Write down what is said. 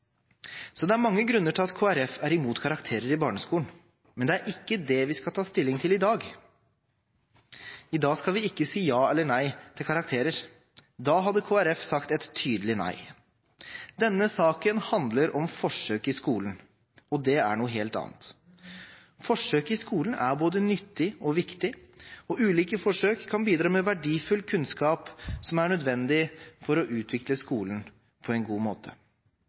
Det er mange grunner til at Kristelig Folkeparti er imot karakterer i barneskolen, men det er ikke det vi skal ta stilling til i dag. I dag skal vi ikke si ja eller nei til karakterer. Da hadde Kristelig Folkeparti sagt et tydelig nei. Denne saken handler om forsøk i skolen, og det er noe helt annet. Forsøk i skolen er både nyttig og viktig, og ulike forsøk kan bidra med verdifull kunnskap som er nødvendig for å utvikle skolen på en god måte.